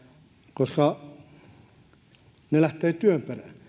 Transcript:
koska se lähtee työn perään